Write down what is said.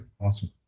Awesome